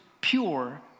pure